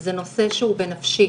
זה נושא שהוא בנפשי.